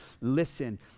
listen